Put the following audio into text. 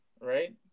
Right